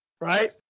right